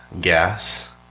gas